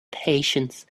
patience